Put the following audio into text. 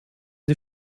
die